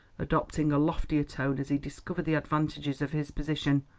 adopting a loftier tone as he discovered the advantages of his position.